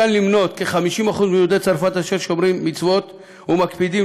כ-50% מיהודי צרפת שומרים מצוות ומקפידים